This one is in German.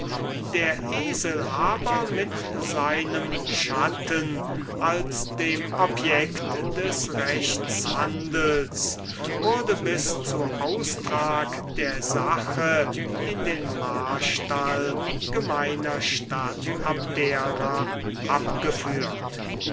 der esel aber mit seinem schatten als dem object des rechtshandels wurde bis zu austrag der sache in den marstall gemeiner stadt abdera abgeführt